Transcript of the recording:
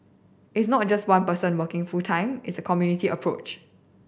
it's not just one person working full time it's a community approach